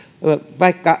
vaikka